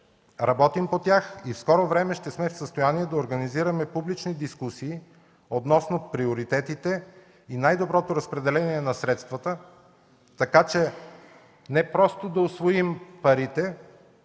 Работим по тях и в скоро време ще сме в състояние да организираме публични дискусии относно приоритетите и най-доброто разпределение на средствата, така че не просто да усвоим парите,